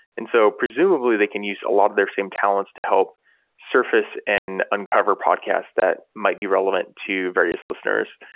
and so presumably, they can use a lot of their same talents to help surface and uncover podcast that might be relevant to various listeners.